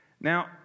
Now